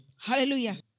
Hallelujah